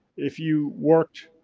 if you worked